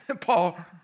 Paul